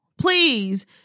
please